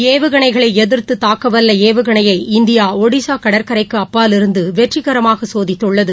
ஏவுகணைகளைஎதிர்த்துதாக்கவல்லஏவுகணையை India ஒடிஷாகடற்கரைக்கு அப்பாலிலிருந்துவெற்றிகரமாகசோதித்துள்ளது